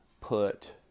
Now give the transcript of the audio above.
put